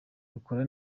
rukora